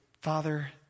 Father